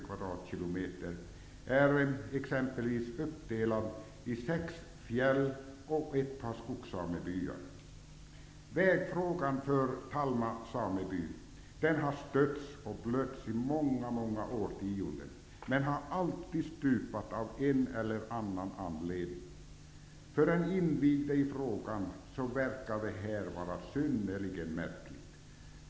kvadratkilometer, är exempelvis uppdelad i sex fjäll och ett par skogssamebyar. Vägfrågan för Talma sameby har stötts och blötts i många årtionden, men den har alltid stupat av en eller annan anledning. För den som är invigd i frågan verkar detta vara synnerligen märkligt.